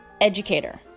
educator